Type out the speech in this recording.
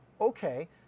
okay